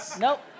Nope